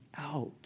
out